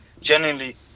genuinely